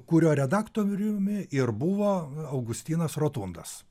kurio redaktoriumi ir buvo augustinas rotundas